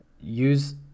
Use